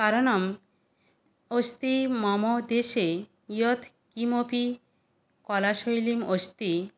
कारणम् अस्ति मम देशे यत् किमपि कलाशैलीम् अस्ति